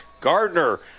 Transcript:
Gardner